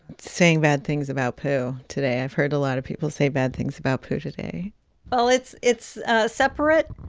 saying bad things about poo today. i've heard a lot of people say bad things about poo today well, it's it's ah separate,